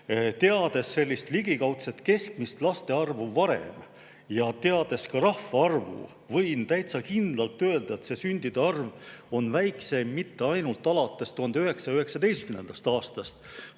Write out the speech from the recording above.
teades ligikaudset keskmist laste arvu varem ja teades ka rahvaarvu, võin täitsa kindlalt öelda, et sündide arv on väikseim mitte ainult alates 1919. aastast,